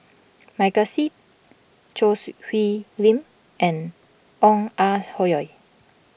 Michael Seet Choo Siew Hwee Lim and Ong Ah Hoi